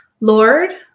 Lord